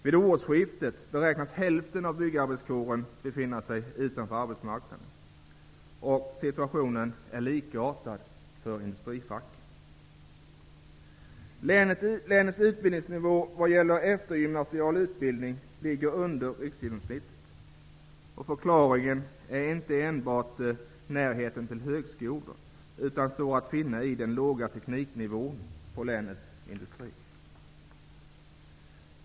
Vid årsskiftet beräknas hälften av byggnadsarbetarkåren att stå utanför arbetsmarknaden. Situationen är likartad för industriarbetarna. Länets utbildningsnivå när det gäller eftergymnasial utbildning ligger under riksgenomsnittet. Förklaringen är inte enbart närheten till högskolor, utan den står att finna i den låga tekniknivån i länets industri.